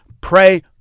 pray